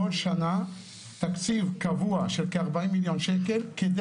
כל שנה תקציב קבוע של כ-40 מיליון שקל כדי